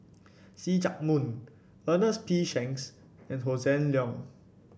See Chak Mun Ernest P Shanks and Hossan Leong